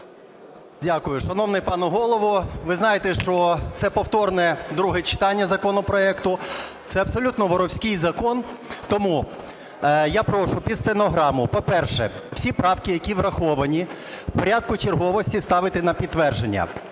Дякую. Шановний пане Голово, ви знаєте, що це повторне друге читання законопроекту. Це абсолютно "воровський" закон. Тому я прошу під стенограму. По-перше, всі правки, які враховані, в порядку черговості ставити на підтвердження.